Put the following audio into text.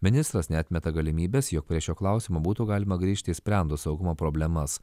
ministras neatmeta galimybės jog prie šio klausimo būtų galima grįžti išsprendus saugumo problemas